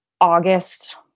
August